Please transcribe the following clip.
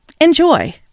Enjoy